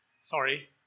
Sorry